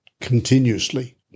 continuously